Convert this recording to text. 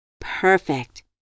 Perfect